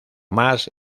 más